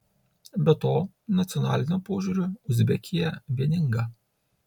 be to nacionaliniu požiūriu uzbekija vieninga